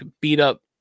beat-up